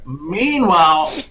Meanwhile